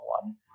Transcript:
one